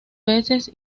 veces